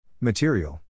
Material